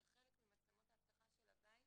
שחלק ממצלמות האבטחה של הבית